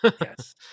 yes